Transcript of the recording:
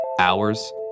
Hours